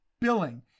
billing